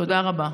תודה רבה.